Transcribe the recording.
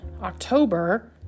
October